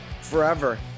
Forever